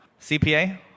CPA